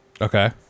Okay